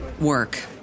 work